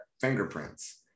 fingerprints